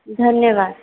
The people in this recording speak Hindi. धन्यवाद